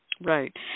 Right